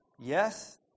Yes